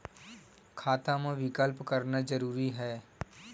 खाता मा विकल्प करना जरूरी है?